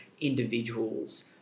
individuals